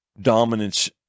dominance